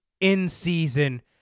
in-season